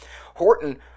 Horton